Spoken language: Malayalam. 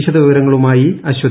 വിശദവിവരങ്ങളുമായി അശ്വതി